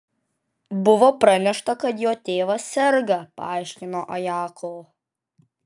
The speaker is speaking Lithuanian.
buvo pranešta kad jo tėvas serga paaiškino ajako